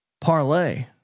parlay